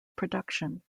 production